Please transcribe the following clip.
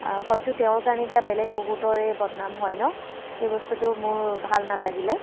হয়তো তেওঁৰ কাৰণেই এতিয়া বেলেগ বহুতৰে বদনাম হয় ন সেই বস্তুটো মোৰ ভাল নালাগিলে